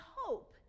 hope